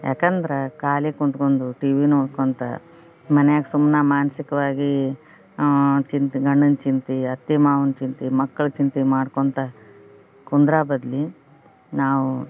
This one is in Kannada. ಯಾಕಂದ್ರ ಖಾಲಿ ಕೂತ್ಕೊಂದು ಟಿವಿ ನೋಡ್ಕೊಳ್ತಾ ಮನ್ಯಾಗೆ ಸುಮ್ಮನೆ ಮಾನಸಿಕವಾಗಿ ಚಿಂತೆ ಗಂಡನ ಚಿಂತೆ ಅತ್ತಿ ಮಾವನ ಚಿಂತೆ ಮಕ್ಕಳ ಚಿಂತೆ ಮಾಡ್ಕೊಳ್ತಾ ಕುಂದ್ರಾ ಬದ್ಲಿ ನಾವು